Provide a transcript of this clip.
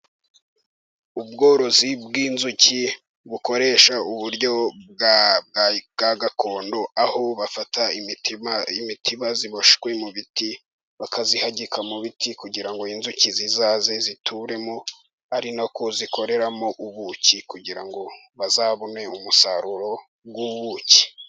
Ubworozi bw'inzuki bukoresha uburyo bwa gakondo, aho bafata imitiba iboshwe mu biti, bakayihagika mu biti kugira ngo inzuki zizaze zituremo, ari nako zikoreramo ubuki kugira ngo bazabone umusaruro w'ubuki.